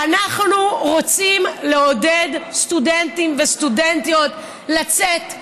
אנחנו רוצים לעודד סטודנטים וסטודנטיות לצאת,